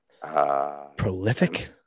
prolific